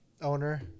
owner